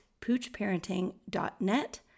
poochparenting.net